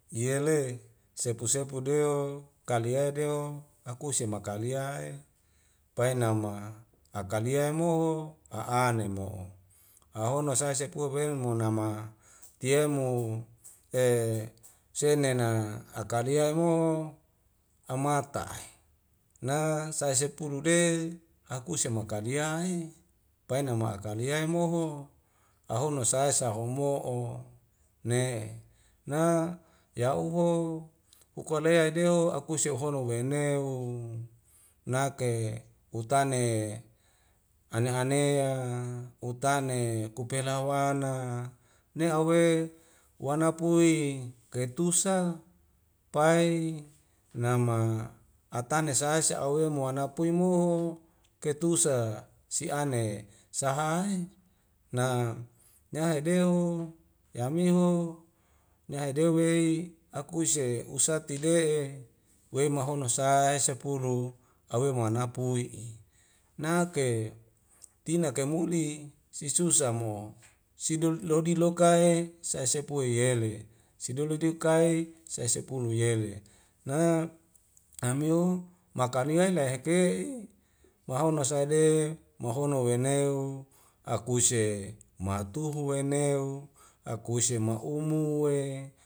Yele sepu sepu deho kalia deho akuse makalea'e paenama akalia moho a'ane mo ahono sae sepue beumunama tiemo e senena akalie moho amata'ahi na sai sepulu de akuse makalia i painama akaliay moho ahono sae sae homo'o ne na ya'uho hukulea deo akuse ohono uweneu nake utane ane anea utane kupena wana ne awe uwanapui keitusa pai nama atane sa'e sa'awea mo ana pui mo ho ketusa si ane sahae na nyahedeho yamiho nyahedewei akuise usatide'e wei mahono sae sepulu aweimamana pui'i nake tina kaimuli si susa mo sidol lodi loka e sae sepue yele sidoledipkai sae sepulu yele na amiu maka mian leheke'i mohauna sade mohono weneu akuse mahutuhu weneu akuse ma'umu e